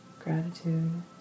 gratitude